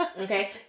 Okay